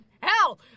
hell